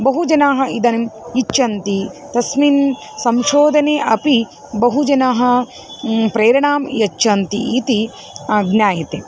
बहु जनाः इदानीम् इच्छन्ति तस्मिन् संशोधने अपि बहवः जनाः प्रेरणां यच्छन्ति इति ज्ञायते